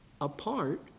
apart